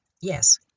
Yes